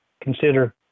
consider